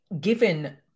given